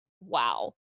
wow